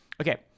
Okay